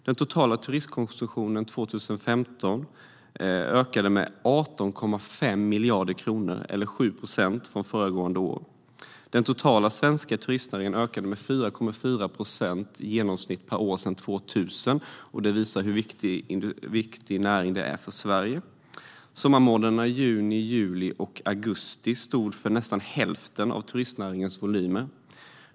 Den totala turistkonsumtionen ökade 2015 med 18,5 miljarder kronor eller 7 procent jämfört med föregående år. Totalt har den svenska turistnäringen i genomsnitt ökat med 4,4 procent per år sedan 2000. Detta visar hur viktig denna näring är för Sverige. Sommarmånaderna juni, juli och augusti stod för nästan hälften av turistnäringens volymer.